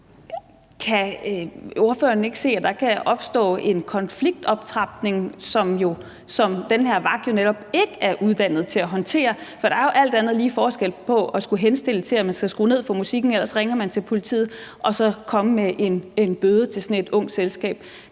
Kan ordføreren ikke se, at der kan opstå en konfliktoptrapning, som den her vagt jo netop ikke er uddannet til at håndtere? Så der er jo alt andet lige forskel på at skulle henstille til, at de skal skrue ned for musikken, for ellers ringer man til politiet, og så komme med en bøde til sådan et ungt selskab.